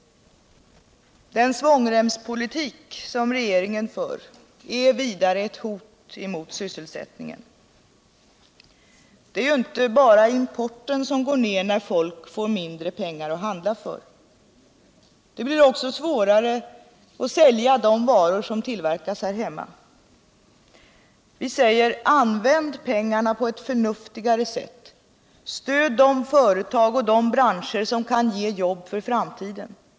Den svångremspolitik som regeringen för är vidare ett hot mot sysselsättningen. Det är ju inte bara importen som går ned när tolk får mindre pengar att handla för. Det blir också svårare att sälja de varor som tillverkas här hemma. Vi säger: Använd pengarna på ett förnuftigare sätt — stöd de företag och branscher som kan ge jobb för framtiden!